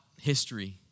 history